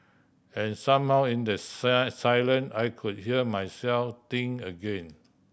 and somehow in the silence I could hear myself think again